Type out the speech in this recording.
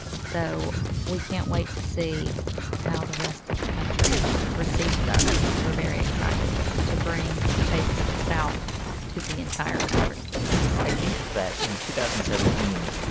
so we can't wait to see how the rest of the country receives us. we're very excited to bring the taste of the south to the entire country i think that, in two thousand and seventeen,